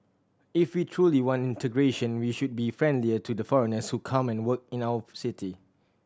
if we truly want integration we should be friendlier to the foreigners who come and work in our city